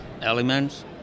elements